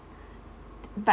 but